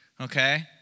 Okay